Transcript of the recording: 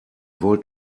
wollt